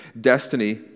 destiny